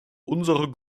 unsere